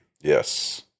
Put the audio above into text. Yes